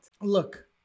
Look